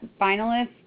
finalists